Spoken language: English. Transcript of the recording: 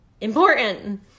important